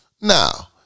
Now